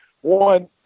one